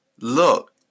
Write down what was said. look